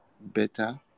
better